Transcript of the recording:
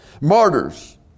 Martyrs